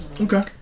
Okay